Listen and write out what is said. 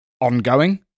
ongoing